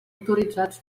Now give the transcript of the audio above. autoritzats